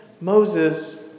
Moses